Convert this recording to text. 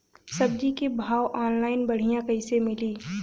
सब्जी के भाव ऑनलाइन बढ़ियां कइसे मिली?